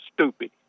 stupid